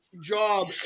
job